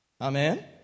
Amen